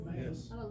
Yes